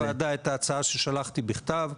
יש בפני הוועדה את ההצעה ששלחתי בכתב,